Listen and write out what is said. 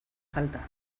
falta